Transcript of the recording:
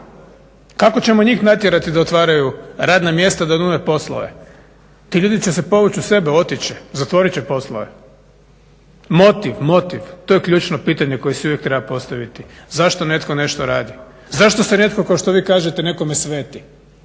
Kako ćemo njih natjerati da otvaraju radna mjesta, da nude poslove? Ti ljudi će se povući u sebe, otići će, zatvorit će poslove. Motiv, motiv to je ključno pitanje koje si uvijek treba postaviti. Zašto netko nešto radi? Zašto se netko kao što vi kažete nekome sveti?